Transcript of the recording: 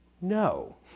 No